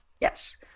yes